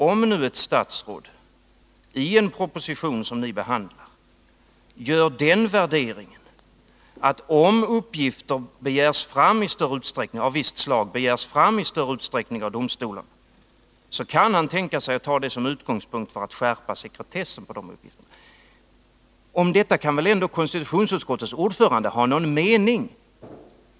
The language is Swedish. Om ett statsråd i en proposition som ni behandlar gör värderingen att han, om uppgifter av ett visst slag begärs fram i större utsträckning av domstolarna, kan tänka sig att ta det som utgångspunkt för att skärpa sekretessen för de uppgifterna — då kan väl ändå konstitutionsutskottets ordförande ha någon mening om detta?